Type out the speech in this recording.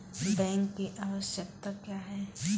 Bank की आवश्यकता क्या हैं?